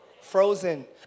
Frozen